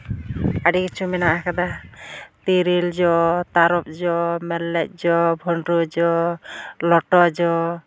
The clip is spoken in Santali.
ᱟᱹᱰᱤ ᱠᱤᱪᱷᱩ ᱢᱮᱱᱟᱜ ᱟᱠᱟᱫᱟ ᱛᱮᱹᱨᱮᱹᱞ ᱡᱚ ᱛᱟᱨᱚᱯ ᱡᱚ ᱢᱮᱨᱞᱮᱡ ᱡᱚ ᱵᱷᱩᱸᱰᱨᱩ ᱡᱚ ᱞᱚᱴᱚ ᱡᱚ